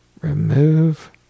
Remove